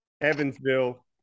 Evansville